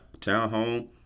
townhome